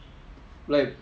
like